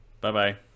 bye-bye